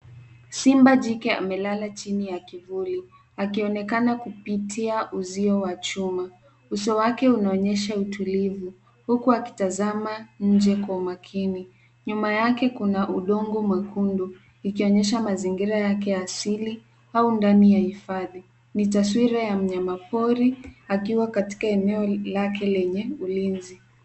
Simba jike amelala chini ya kivuli, akionekana kupitia uzio wa chuma. Uso wake unaonyesha utulivu, huku akitizama nje kwa umakini. Nyuma yake kuna udongo mwekundu, ikionyesha mazingira yake asili au ndani ya hifadhi. Ni taswira ya mnyama pori akiwa katika eneo lake lenye ulinzi.